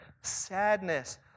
sadness